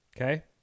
Okay